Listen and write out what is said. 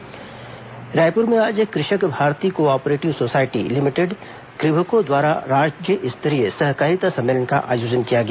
क़भको सम्मेलन रायपुर में आज Krishak Bharati cooperative society limited क़भको द्वारा राज्य स्तरीय सहकारिता सम्मेलन का आयोजन किया गया